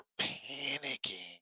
panicking